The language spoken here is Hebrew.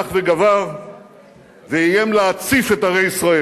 פרוץ לגמרי לזרם מסתננים שרק הלך וגבר ואיים להציף את ערי ישראל.